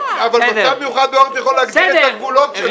מצב מיוחד בעורף יכול להגדיר את הגבולות.